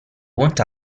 want